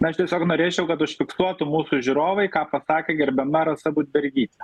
aš tiesiog norėčiau kad užfiksuotų mūsų žiūrovai ką pasakė gerbiama rasa budbergytė